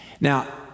Now